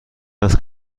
است